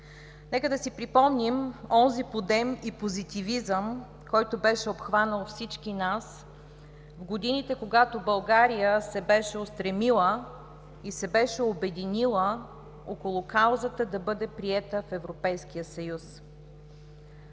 Нека да си припомним онзи подем и позитивизъм, който беше обхванал всички нас в годините, когато България се беше устремила и се беше обединила около каузата да бъде приета в Европейския съюз.